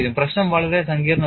പ്രശ്നം വളരെ സങ്കീർണ്ണമാണ്